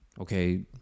Okay